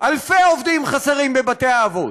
אלפי עובדים חסרים בבתי-האבות.